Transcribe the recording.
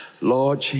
Lord